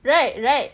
right right